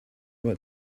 what